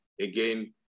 Again